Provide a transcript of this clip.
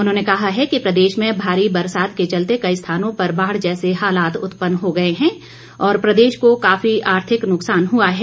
उन्होंने कहा है कि प्रदेश में भारी बरसात के चलते कई स्थानों पर बाढ़ जैसे हालात उत्पन्न हो गए हैं और प्रदेश को काफी आर्थिक नुक्सान हुआ है